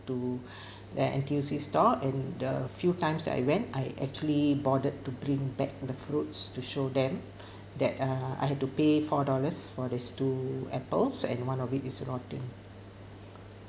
to the N_T_U_C store and the few times I went I actually bothered to bring back the fruits to show them that uh I had to pay four dollars for these two apples and one of it is rotting